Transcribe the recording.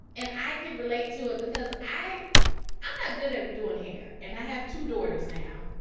and i could relate to it because i i'm not good at doing hair. and i have two daughters now.